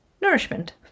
nourishment